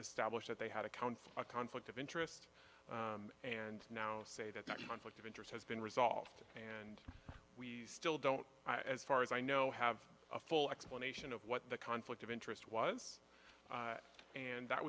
established that they had accounts a conflict of interest and now say that the conflict of interest has been resolved and we still don't as far as i know have a full explanation of what the conflict of interest was and that